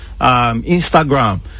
instagram